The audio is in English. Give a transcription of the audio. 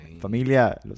familia